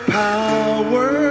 power